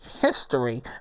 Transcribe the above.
history